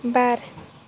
बार